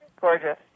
Gorgeous